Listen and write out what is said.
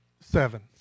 Seven